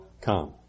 come